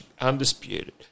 Undisputed